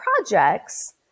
projects